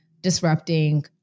disrupting